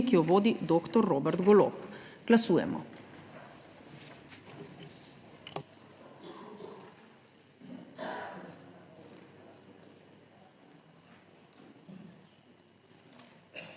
ki jo vodi doktor Robert Golob. Glasujemo.